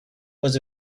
was